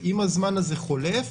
אם הזמן הזה חולף,